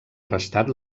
restat